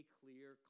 clear